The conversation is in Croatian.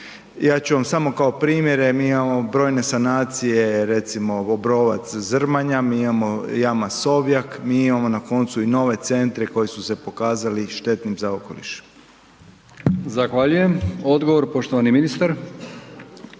Ja ću vam samo kao primjere, mi imamo brojne sanacije, recimo, Obrovac Zrmanja, mi imamo jama Sovjak, mi imamo, na koncu, i nove centre koji su se pokazali štetnim za okoliš.